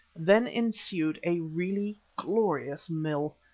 then ensued a really glorious mill.